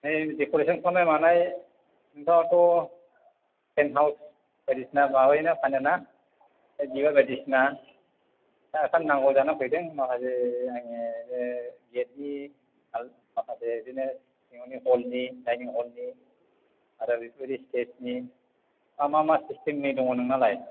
नै डेकरेसन खालामनाय मानाय नोंथाङाथ' टेन्टहाउस बायदिसिना माबायोना फानोना बे बिबार बायदिसिना दा ओंखायनो नांगौ जानानै फैदों माखासे आंनि बे गेटनि आरो माखासे बिदिनो सिङावनि हलनि डाइनिं हलनि आरो बेफोरबायदि स्टेजनि हा मा मा सिस्टेमनि दङ नोंनालाय